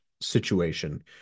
situation